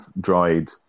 dried